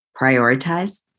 Prioritize